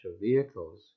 vehicles